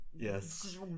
Yes